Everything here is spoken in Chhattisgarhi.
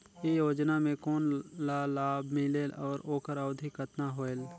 ये योजना मे कोन ला लाभ मिलेल और ओकर अवधी कतना होएल